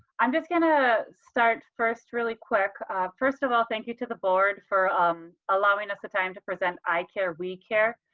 i'm just going to start first, really quick first of all, thank you to board for um allowing us the time to present. eye care, we care,